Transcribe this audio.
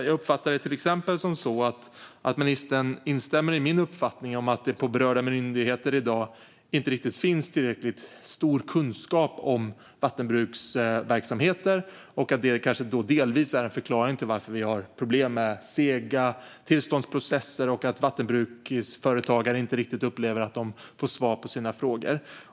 Jag uppfattade exempelvis att ministern instämmer i min uppfattning att det på berörda myndigheter i dag inte riktigt finns tillräckligt stor kunskap om vattenbruksverksamheter och att det delvis kanske är en förklaring till att vi har problem med sega tillståndsprocesser och att vattenbruksföretagare inte upplever att de riktigt får svar på sina frågor.